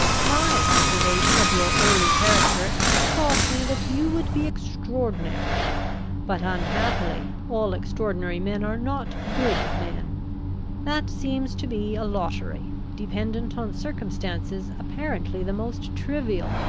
my observation of your early character taught me that you would be extraordinary but, unhappily, all extraordinary men are not good men that seems to be a lottery, dependent on circumstances apparently the most trivial.